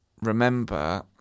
remember